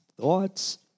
thoughts